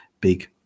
big